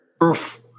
Earth